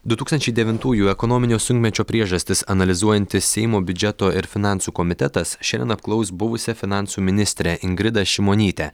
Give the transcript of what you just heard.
du tūkstančiai devintųjų ekonominio sunkmečio priežastis analizuojantis seimo biudžeto ir finansų komitetas šiandien apklaus buvusią finansų ministrę ingridą šimonytę